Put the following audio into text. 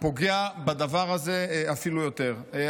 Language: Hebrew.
פוגע בדבר הזה אפילו יותר.